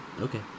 okay